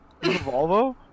Volvo